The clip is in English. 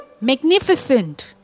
Magnificent